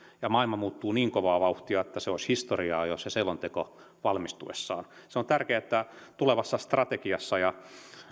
maailma muuttuu niin kovaa vauhtia että se selonteko olisi historiaa jo valmistuessaan on tärkeää että tulevassa strategiassa ja